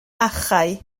achau